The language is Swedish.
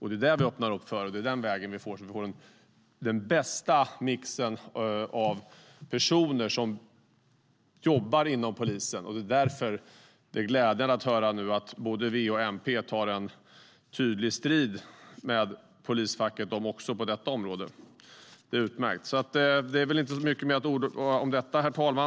Det är detta vi öppnar för, och det är den vägen vi ska gå för att få den bästa mixen av personer som jobbar inom polisen. Därför är det glädjande att höra att också V och MP tar tydlig strid med polisfacket på detta område. Det är utmärkt. Herr talman! Det är inte så mycket mer att orda om.